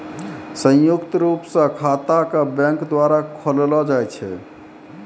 संयुक्त रूप स खाता क बैंक द्वारा खोललो जाय छै